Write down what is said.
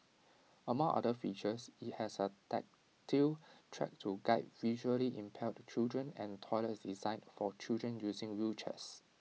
among other features IT has A tactile track to guide visually impaired children and toilets designed for children using wheelchairs